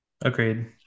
Agreed